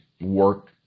work